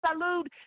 salute